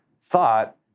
thought